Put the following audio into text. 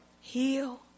Heal